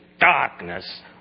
darkness